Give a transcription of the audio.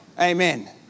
Amen